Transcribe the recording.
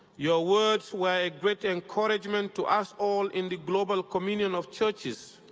your words were a great encouragement to us all in the global communion of churches,